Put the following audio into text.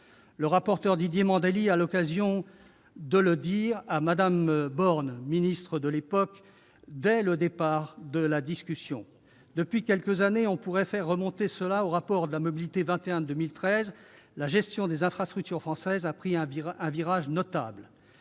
le rapporteur Didier Mandelli a eu l'occasion de le dire à Mme Borne, alors ministre des transports, dès le début de la discussion. Depuis quelques années- on pourrait faire remonter ce tournant au rapport de la commission Mobilité 21, en 2013 -, la gestion des infrastructures françaises a pris un virage notable.